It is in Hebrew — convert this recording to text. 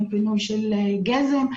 אין פינוי של גזם,